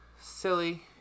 silly